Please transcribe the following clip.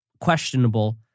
questionable